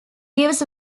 gives